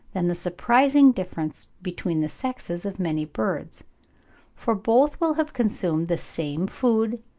than the surprising difference between the sexes of many birds for both will have consumed the same food,